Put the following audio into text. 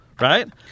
right